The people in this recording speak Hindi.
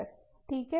ठीक है